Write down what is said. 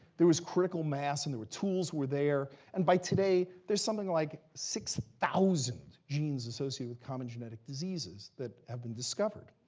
there was critical mass and the tools were there. and by today, there's something like six thousand genes associated with common genetic diseases that have been discovered.